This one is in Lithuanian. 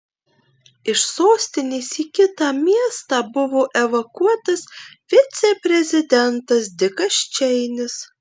iš sostinės į kitą miestą buvo evakuotas viceprezidentas dikas čeinis